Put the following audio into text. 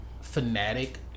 fanatic